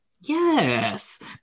yes